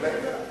בהחלט.